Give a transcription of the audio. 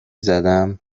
زدم